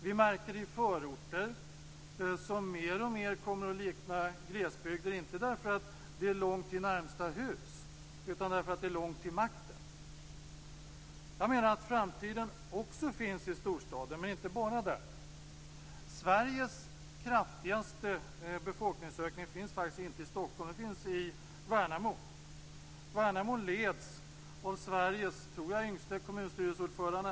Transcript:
Förorter liknar mer och mer glesbygd, inte därför att det är långt till närmaste hus utan därför att det är långt till makten. Framtiden finns också i storstaden, men inte bara där. Sveriges kraftigaste befolkningsökning finns faktiskt inte i Stockholm, utan den finns i Värnamo. Värnamo leds av Sveriges yngste kommunstyrelseordförande.